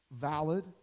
valid